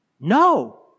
No